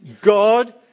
God